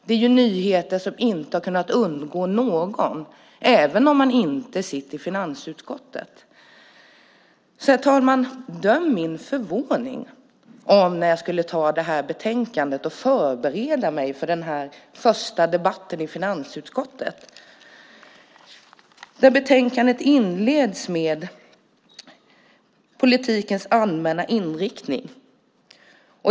Det är nyheter som inte kan ha undgått någon, inte heller dem som inte sitter i finansutskottet. Döm därför om min förvåning, herr talman, när jag läste betänkandet då jag skulle förbereda mig för denna min första debatt som ledamot i finansutskottet. Betänkandet inleds med politikens allmänna inriktning.